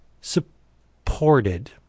supported